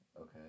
Okay